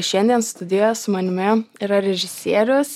šiandien studijoje su manimi yra režisierius